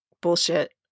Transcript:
bullshit